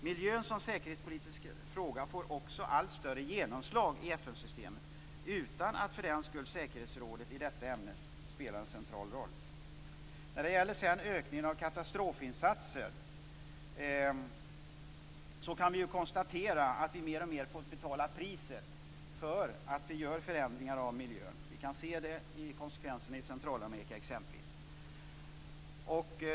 Miljön som säkerhetspolitisk fråga får också allt större genomslag i FN-systemet, utan att för den skull säkerhetsrådet i detta ämne spelar en central roll. Sedan har vi frågan om ökningen av katastrofinsatser. Vi kan konstatera att vi mer och mer fått betala priset för att det sker förändringar av miljön. Vi kan se det i konsekvenserna i t.ex. Centralamerika.